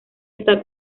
esta